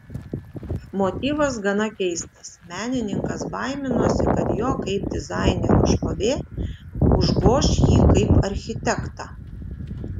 motyvas gana keistas menininkas baiminosi kad jo kaip dizainerio šlovė užgoš jį kaip architektą